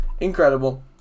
Incredible